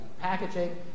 packaging